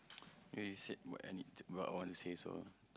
ya you said what I need to what I wanna say so